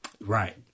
Right